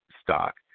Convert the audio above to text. stock